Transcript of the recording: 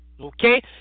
Okay